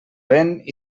vent